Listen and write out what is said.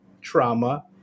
trauma